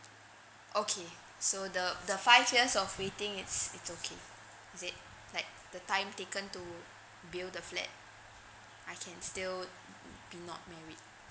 okay so the the five years of waiting it's it's okay is it like the time taken to build the flat I can still be not married